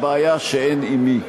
הבעיה שאין עם מי.